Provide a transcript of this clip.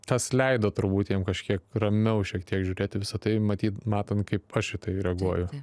tas leido turbūt jiem kažkiek ramiau šiek tiek žiūrėt į visa tai matyt matant kaip aš į tai reaguoju